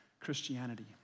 Christianity